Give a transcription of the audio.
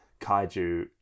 kaiju